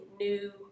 new